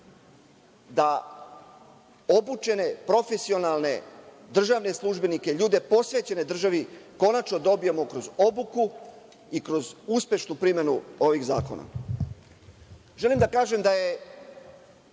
da obučene, profesionalne državne službenike, ljude posvećene državi konačno dobijemo kroz obuku i kroz uspešnu primenu ovih zakona. Želim da kažem da su